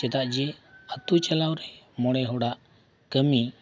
ᱪᱮᱫᱟᱜ ᱡᱮ ᱟᱛᱳ ᱪᱟᱞᱟᱣ ᱨᱮ ᱢᱚᱬᱮ ᱦᱚᱲᱟᱜ ᱠᱟᱹᱢᱤ